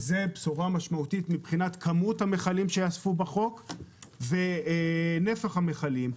וזאת בשורה משמעותית מבחינת כמות המכלים שייאספו בחוק ונפח המכלים.